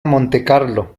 montecarlo